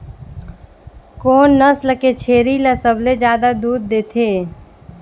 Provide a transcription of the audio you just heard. कोन नस्ल के छेरी ल सबले ज्यादा दूध देथे?